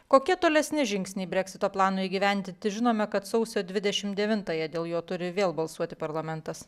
kokie tolesni žingsniai breksito planui įgyvendinti žinome kad sausio dvidešim devintąją dėl jo turi vėl balsuoti parlamentas